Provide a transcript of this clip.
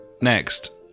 Next